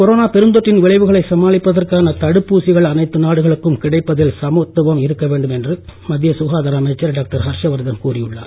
corona பெருந்தொற்றின் விளைவுகளை சமாளிப்பதற்கான தடுப்பூசிகள் அனைத்து நாடுகளுக்கும் கிடைப்பதில் சமத்துவம் இருக்க வேண்டும் என்று மத்திய சுகாதார அமைச்சர் டாக்டர் ஹர்ஷவர்தன் கூறியுள்ளார்